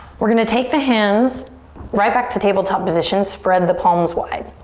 we're gonna take the hands right back to tabletop position, spread the palms wide.